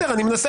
אני מנסה.